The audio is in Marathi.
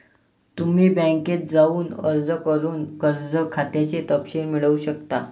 तुम्ही बँकेत जाऊन अर्ज करून कर्ज खात्याचे तपशील मिळवू शकता